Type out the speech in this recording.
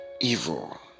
evil